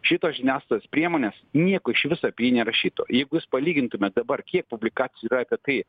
šitos žiniasklaidos priemonės nieko išvis apie jį nerašytų jeigu jūs palygintumėt dabar kiek publikacijų yra apie tai